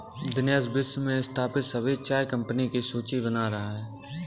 दिनेश विश्व में स्थापित सभी चाय कंपनियों की सूची बना रहा है